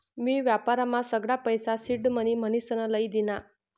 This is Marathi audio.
मी व्यापारमा सगळा पैसा सिडमनी म्हनीसन लई दीना